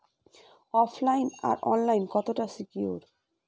ওফ line আর online কতটা secure?